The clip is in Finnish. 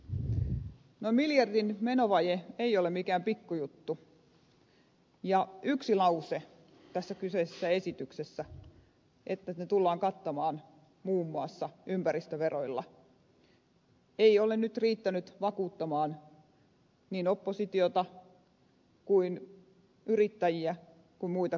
noin miljardin menovaje ei ole mikään pikkujuttu ja yksi lause tässä kyseisessä esityksessä että ne tullaan kattamaan muun muassa ympäristöveroilla ei ole nyt riittänyt vakuuttamaan sen enempää oppositiota kuin yrittäjiä tai muitakaan tahoja